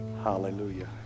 hallelujah